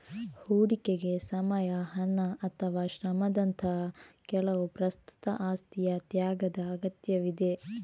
ಹೂಡಿಕೆಗೆ ಸಮಯ, ಹಣ ಅಥವಾ ಶ್ರಮದಂತಹ ಕೆಲವು ಪ್ರಸ್ತುತ ಆಸ್ತಿಯ ತ್ಯಾಗದ ಅಗತ್ಯವಿದೆ